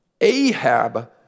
Ahab